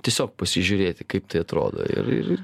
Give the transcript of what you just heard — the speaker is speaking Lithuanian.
tiesiog pasižiūrėti kaip tai atrodo ir ir